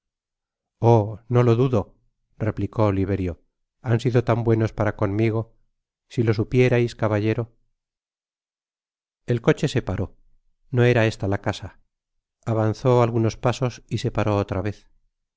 no lo dudo replicó oliverio han sido tan buenos para conmigo si losupierais caballero el coche se paró no era esta la casa avanzó algunos pasos y se paró otra vez